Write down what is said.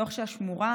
והשמורה,